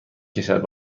کشد